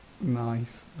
Nice